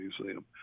museum